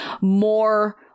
more